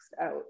out